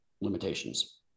limitations